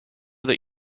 that